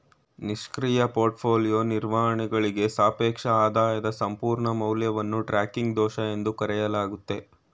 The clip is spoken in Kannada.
ನಿಷ್ಕ್ರಿಯ ಪೋರ್ಟ್ಫೋಲಿಯೋ ನಿರ್ವಹಣೆಯಾಳ್ಗ ಸಾಪೇಕ್ಷ ಆದಾಯದ ಸಂಪೂರ್ಣ ಮೌಲ್ಯವನ್ನು ಟ್ರ್ಯಾಕಿಂಗ್ ದೋಷ ಎಂದು ಕರೆಯಲಾಗುತ್ತೆ